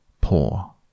poor